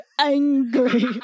angry